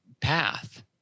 path